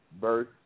birth